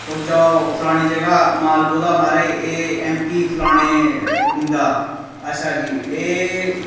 तुस जाओ फलानी जगह् माल कोह्दा महाराज एह् एम पी फलाने उं'दा अच्छा जी एह्